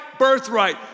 birthright